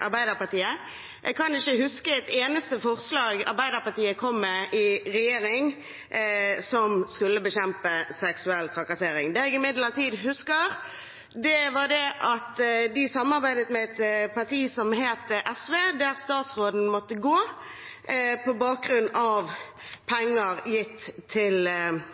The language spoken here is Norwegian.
Arbeiderpartiet. Jeg kan ikke huske et eneste forslag Arbeiderpartiet kom med i regjering om å bekjempe seksuell trakassering. Det jeg imidlertid husker, var at de samarbeidet med et parti som het SV, der statsråden måtte gå på bakgrunn av penger gitt til